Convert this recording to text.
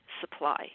supply